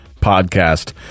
podcast